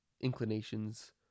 inclinations